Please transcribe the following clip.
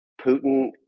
Putin